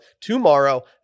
tomorrow